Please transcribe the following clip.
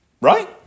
Right